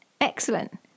Excellent